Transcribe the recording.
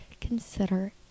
consider